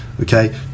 okay